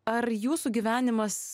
ar jūsų gyvenimas